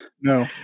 no